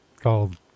called